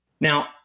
Now